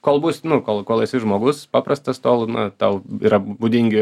kol bus nu kol kol esi žmogus paprastas tol na tau yra būdingi